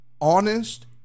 honest